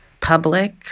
public